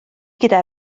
gyda